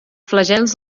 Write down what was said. flagels